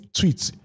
tweets